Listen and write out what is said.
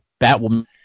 Batwoman